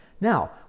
now